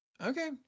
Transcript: okay